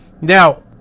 Now